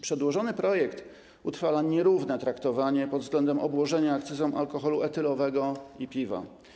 Przedłożony projekt utrwala nierówne traktowanie pod względem obłożenia akcyzą alkoholu etylowego i piwa.